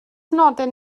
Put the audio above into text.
nodyn